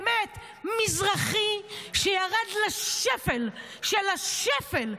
באמת, מזרחי שירד לשפל של השפל.